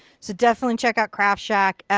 so definitely check out craft shack.